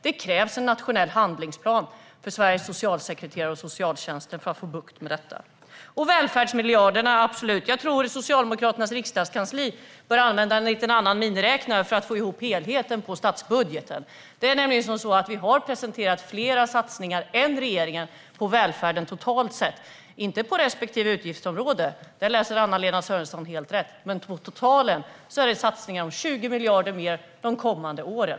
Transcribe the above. Det krävs en nationell handlingsplan för Sveriges socialsekreterare och socialtjänster för att få bukt med detta. Vad gäller välfärdsmiljarderna tror jag att Socialdemokraternas riksdagskansli bör använda en annan miniräknare för att få ihop helheten i fråga om statsbudgeten. Det är nämligen så att vi, totalt sett, har presenterat fler satsningar än regeringen på välfärden. Detta avser inte respektive utgiftsområde - där läser Anna-Lena Sörenson helt rätt - men totalt rör det sig om satsningar om 20 miljarder mer de kommande åren.